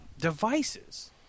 devices